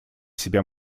себя